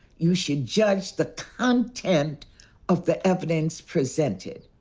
you should judge the content of the evidence presented.